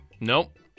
Nope